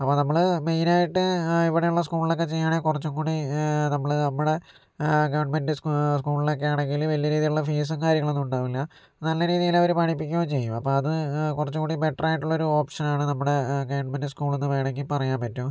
അപ്പോൾ നമ്മള് മെയിനായിട്ട് ഇവിടെയുള്ള സ്കൂളിലൊക്കെ ചെയ്യുകയാണെങ്കിൽ കുറച്ചും കൂടി നമ്മള് നമ്മളെ ഗവൺമെൻ്റ് സ്കൂ സ്കൂളിലൊക്കെയാണെങ്കില് വലിയ രീതിയിലുള്ള ഫീസും കാര്യങ്ങളൊന്നും ഉണ്ടാവില്ല നല്ല രീതിയില് അവരെ പഠിപ്പിക്കുകയും ചെയ്യും അപ്പോൾ അത് കുറച്ചും കൂടി ബെറ്ററായിട്ടുള്ള ഒരു ഓപ്ഷനാണ് നമ്മടെ ഗവൺമെൻറ് സ്കൂള്ന്ന് വേണെങ്കിൽ പറയാൻ പറ്റും